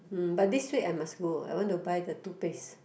hmm but this week I must go I want to buy the toothpaste